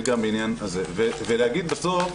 ולהגיד בסוף,